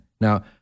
Now